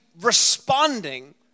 responding